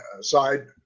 side